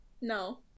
No